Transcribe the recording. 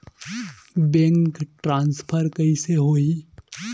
Bank transfer कइसे होही?